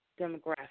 demographic